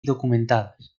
documentadas